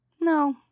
no